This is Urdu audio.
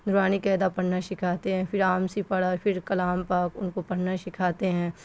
نورانی قائدہ پڑھنا سکھاتے ہیں پھر عام سی پارہ پھر کلام پاک ان کو پڑھنا سکھاتے ہیں